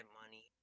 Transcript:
money